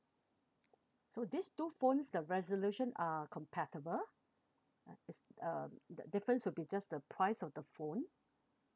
so these two phones the resolution are compatible it's um the difference will be just the price of the phone